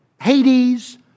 Hades